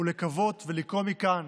ולקוות ולקרוא מכאן